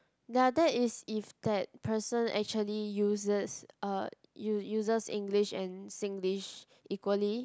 ya that is if that person actually uses uh u~ uses English and Singlish equally